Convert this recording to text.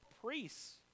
priests